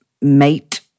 mate